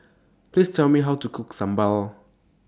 Please Tell Me How to Cook Sambal